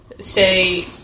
say